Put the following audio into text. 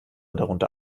darunter